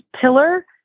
pillar